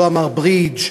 לא אמר ברידג',